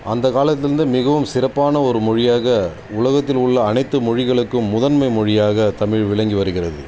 அந்த காலத்துலேருந்து மிகவும் சிறப்பான ஒரு மொழியாக உலகத்தில் உள்ள அனைத்து மொழிகளுக்கும் முதன்மை மொழியாக தமிழ் விளங்கி வருகிறது